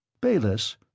Bayless